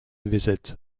visit